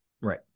Right